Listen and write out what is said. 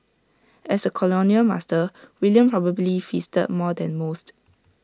as A colonial master William probably feasted more than most